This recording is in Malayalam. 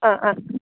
അ അ